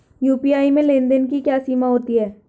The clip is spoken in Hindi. यू.पी.आई में लेन देन की क्या सीमा होती है?